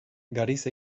gariz